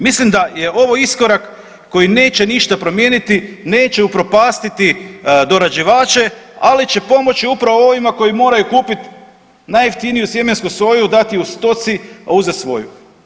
Mislim da je ovo iskorak koji neće ništa promijeniti, neće upropastiti dorađivače, ali će pomoći upravo ovima koji moraju kupiti najjeftiniju sjemensku soju, dati je stoci a uzeti svoju.